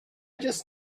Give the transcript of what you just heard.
just